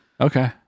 Okay